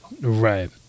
Right